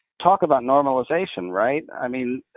talk about normalization, right? i mean,